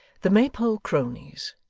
the maypole cronies,